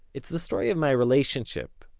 it's the story of my relationship,